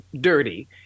dirty